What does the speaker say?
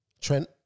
Trent